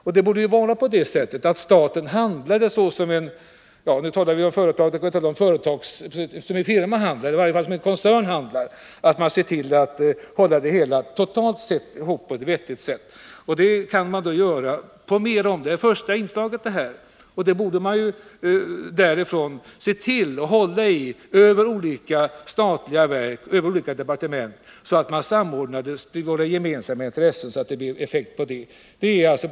Så här borde det vara, att staten handlar som en koncern, håller ihop det hela totalt på ett vettigt sätt. Det kan man göra på flera områden. Det här är det första insteget, och från detta projekt borde man gå vidare och se efter inom olika statliga verk och inom olika departement så att man samordnar våra gemensamma intressen på ett effektivt sätt.